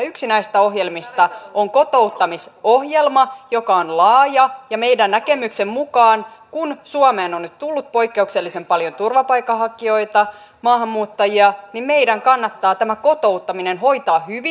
yksi näistä ohjelmista on kotouttamisohjelma joka on laaja ja meidän näkemyksemme mukaan kun suomeen on nyt tullut poikkeuksellisen paljon turvapaikanhakijoita maahanmuuttajia meidän kannattaa tämä kotouttaminen hoitaa hyvin